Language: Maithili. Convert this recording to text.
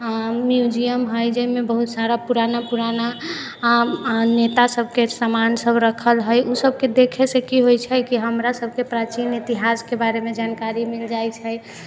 म्यूजियम हइ जाहिमे बहुत सारा पुराना पुराना नेता सबके सामान सब राखल हइ उ सबके देखैसँ की होइ छै की हमरा सबके प्राचीन इतिहासके बारेमे जानकारी मिल जाइ छै